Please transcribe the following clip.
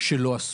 שלא עשו.